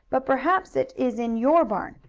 but perhaps it is in your barn,